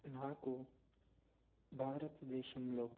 నాకు భారత దేశంలో